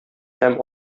һәм